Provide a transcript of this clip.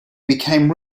became